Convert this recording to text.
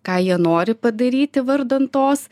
ką jie nori padaryti vardan tos